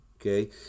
okay